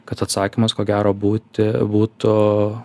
kad atsakymas ko gero būti būtų